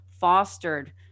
fostered